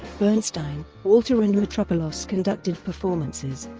bernstein, walter and mitropoulos conducted performances.